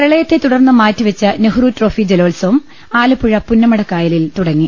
പ്രളയത്തെത്തുടർന്ന് മാറ്റിവെച്ച നെഹ്റുട്രോഫി ജലോത്സവം ആല പ്പുഴ പുന്നമടക്കായലിൽ തുടങ്ങി